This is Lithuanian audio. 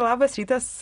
labas rytas